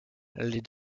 les